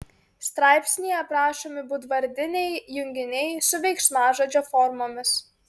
straipsnyje aprašomi būdvardiniai junginiai su veiksmažodžio formomis